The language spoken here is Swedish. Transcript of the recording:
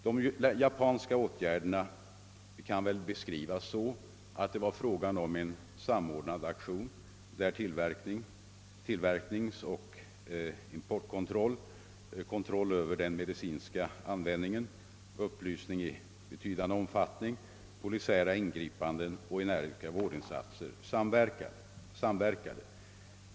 De japanska åtgärderna kan väl beskrivas så, att det var fråga om en samordnad aktion, där tillverkning och importkontroll, kontroll över den medicinska användningen, upplysning i betydande omfattning, polisiära ingripanden och energiska vårdinsatser samverkade.